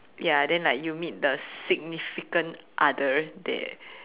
ya then like you meet the significant other there